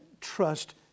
trust